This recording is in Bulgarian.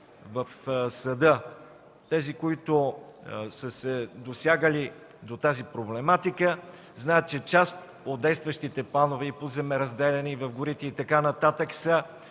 в съда. Тези, които са се досягали до тази проблематика, знаят, че част от действащите планове и по земеразделяне, и в горите, са изготвяни за